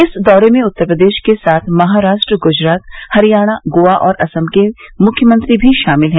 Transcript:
इस दौरे में उत्तर प्रदेश के साथ महाराष्ट्र गुजरात हरियाणा गोवा और असम के मुख्यमंत्री भी शामिल हैं